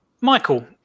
Michael